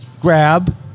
Grab